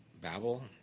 Babel